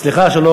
אני פה.